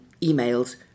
emails